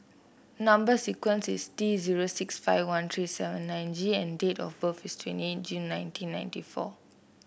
number sequence is T zero six five one three seven nine G and date of birth is twenty eight June nineteen ninety four